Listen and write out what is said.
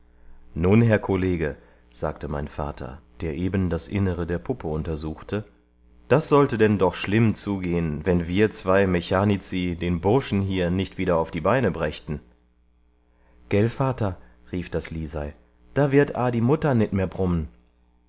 nun herr kollege sagte mein vater der eben das innere der puppe untersuchte das sollte denn doch schlimm zugehen wenn wir zwei mechanici den burschen hier nicht wieder auf die beine brächten gel vater rief das lisei da werd aa die mutter nit mehr brumm'n